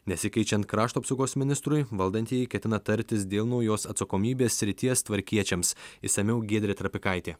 nesikeičiant krašto apsaugos ministrui valdantieji ketina tartis dėl naujos atsakomybės srities tvarkiečiams išsamiau giedrė trapikaitė